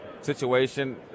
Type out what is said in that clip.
situation